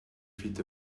feet